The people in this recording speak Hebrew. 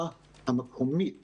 כי הממשלה המקומית